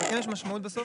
אבל כן יש משמעות בסוף